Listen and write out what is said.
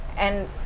and.